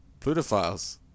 Plutophiles